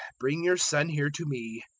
bring your son here to me.